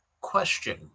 Question